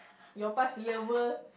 your past lover